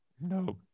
No